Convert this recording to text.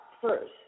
first